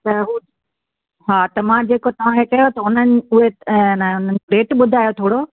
त हू हा त मां जेको तव्हांखे चयो त हुननि उहे अन रेट ॿुधायो थोरो